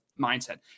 mindset